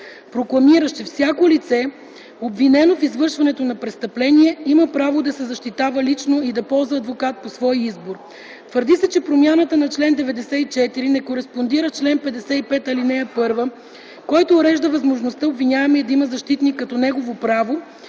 прокламиращ, че всяко лице, обвинено в извършването на престъпление, „има право да се защитава лично и да ползва адвокат по свой избор”. Твърди се, че промяната на чл. 94 не кореспондира и с чл. 55, ал. 1, който урежда възможността обвиняемият да има защитник като негово право,